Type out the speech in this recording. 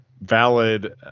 valid